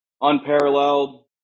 unparalleled